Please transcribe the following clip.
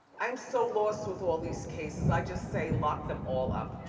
i'm so lost with all these cases. i just say lock them all up.